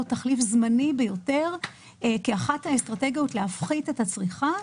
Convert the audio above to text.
תחליף זמני ביותר כאחת האסטרטגיות להפחית את הצריכה,